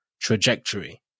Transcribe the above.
trajectory